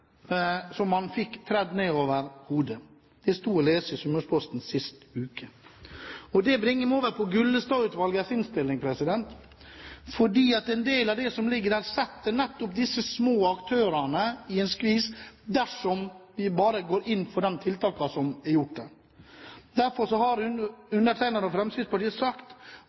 som man fikk tredd ned over hodet. Det sto å lese i Sunnmørsposten sist uke. Det bringer meg over til Gullestad-utvalgets innstilling. En del av det som ligger der, setter disse små aktørene i en skvis dersom vi bare går inn for de tiltakene som er gjort der. Derfor har undertegnede og Fremskrittspartiet sagt